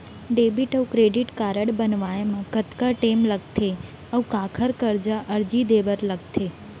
Debit अऊ credit card बनवाए मा कतका टेम लगथे, अऊ काखर करा अर्जी दे बर लगथे?